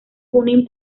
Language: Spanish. junín